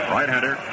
Right-hander